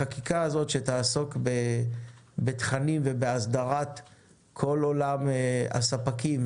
החקיקה הזאת שתעסוק בתכנים ובהסדרת כל עולם הספקים